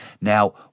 Now